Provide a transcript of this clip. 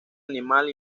animal